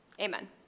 Amen